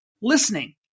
listening